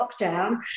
lockdown